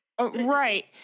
Right